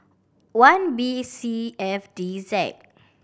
one B C F D Z